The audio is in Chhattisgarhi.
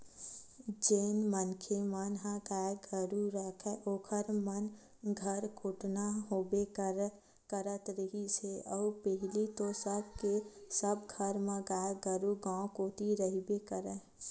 जेन मनखे मन ह गाय गरु राखय ओखर मन घर कोटना होबे करत रिहिस हे अउ पहिली तो सबे घर म गाय गरु गाँव कोती रहिबे करय